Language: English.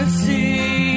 see